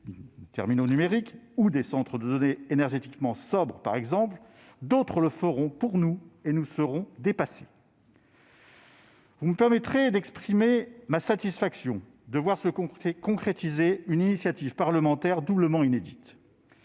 des terminaux numériques ou des centres de données énergétiquement sobres, d'autres le feront pour nous et nous serons dépassés. Vous me permettrez d'exprimer ma satisfaction de voir se concrétiser une initiative parlementaire doublement inédite.